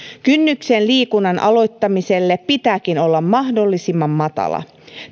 kynnyksen liikunnan aloittamiselle pitääkin olla mahdollisimman matala